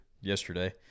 yesterday